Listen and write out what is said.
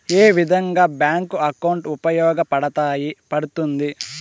ఏ విధంగా bank account ఉపయోగపడతాయి పడ్తుంది